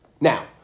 Now